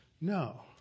No